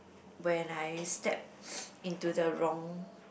when I step into the wrong